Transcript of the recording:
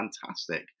fantastic